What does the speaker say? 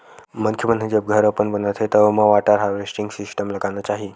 मनखे मन ह जब घर अपन बनाथे त ओमा वाटर हारवेस्टिंग सिस्टम लगाना चाही